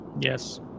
Yes